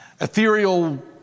ethereal